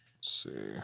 see